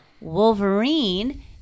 Wolverine